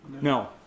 No